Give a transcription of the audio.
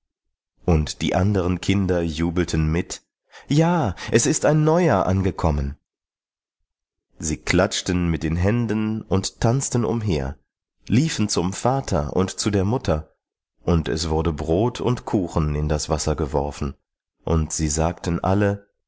und die anderen kinder jubelten mit ja es ist ein neuer angekommen sie klatschten mit den händen und tanzten umher liefen zum vater und zu der mutter und es wurde brot und kuchen in das wasser geworfen und sie sagten alle